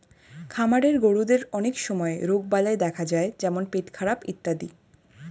খামারের গরুদের অনেক সময় রোগবালাই দেখা যায় যেমন পেটখারাপ ইত্যাদি